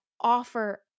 offer